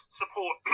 support